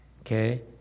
Okay